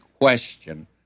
question